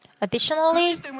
Additionally